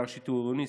סייר שיטור עירוני,